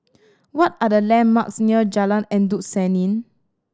what are the landmarks near Jalan Endut Senin